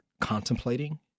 contemplating